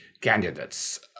candidates